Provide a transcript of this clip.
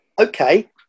okay